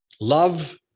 love